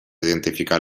identificar